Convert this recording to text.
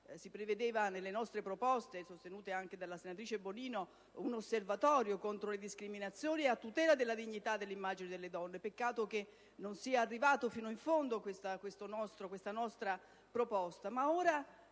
si prevedeva nelle nostre proposte, sostenute anche dalla senatrice Bonino, un osservatorio contro le discriminazioni e a tutela della dignità dell'immagine delle donne: peccato che questa nostra proposta